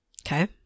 Okay